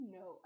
no